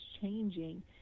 changing